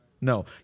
No